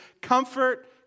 comfort